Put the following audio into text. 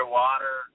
water